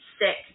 sick